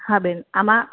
હા બેન આમાં